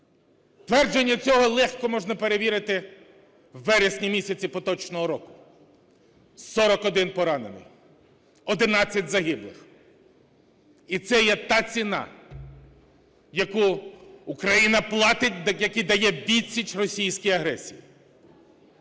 Твердження цього легко можна перевірити у вересні місяці поточного року: 41 поранений, 11 загиблих. І це є та ціна, яку Україна платить… дає відсіч російській агресії.